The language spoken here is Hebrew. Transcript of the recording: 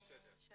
אני